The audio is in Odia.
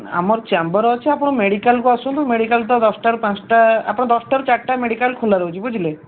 ଆମର ଚ୍ୟାମ୍ବର୍ ଅଛି ଆପଣ ମେଡ଼ିକାଲ୍କୁ ଆସନ୍ତୁ ମେଡ଼ିକାଲ୍ ତ ଦଶଟାରୁ ପାଞ୍ଚଟା ଆପଣ ଦଶଟାରୁ ଚାରିଟା ମେଡ଼ିକାଲ୍ ଖୋଲା ରହୁଛି ବୁଝିଲେ